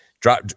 Drop